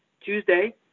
Tuesday